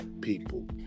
people